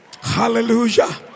Hallelujah